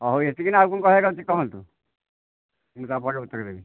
ହଉ ଏତିକି ନା ଆଉ କ'ଣ କହିବାର ଅଛି କହନ୍ତୁ ମୁଁ ତାପରେ ଉତ୍ତର ଦେବି